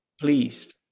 pleased